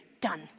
Done